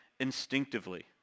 Instinctively